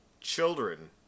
children